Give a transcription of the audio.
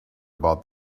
about